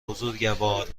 بزرگوار